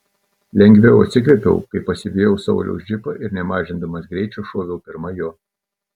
lengviau atsikvėpiau kai pasivijau sauliaus džipą ir nemažindamas greičio šoviau pirma jo